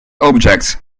objects